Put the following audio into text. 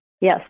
Yes